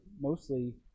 mostly